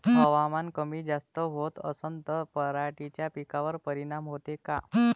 हवामान कमी जास्त होत असन त पराटीच्या पिकावर परिनाम होते का?